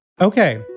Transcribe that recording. okay